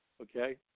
okay